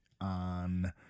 on